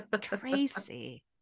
Tracy